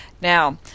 Now